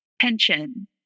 tension